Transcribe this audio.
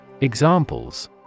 Examples